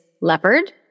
leopard